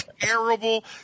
terrible